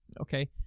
Okay